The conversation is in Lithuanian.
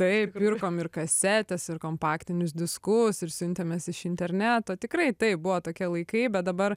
taip pirkom ir kasetes ir kompaktinius diskus ir siuntėmės iš interneto tikrai taip buvo tokie laikai bet dabar